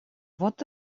вот